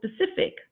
specific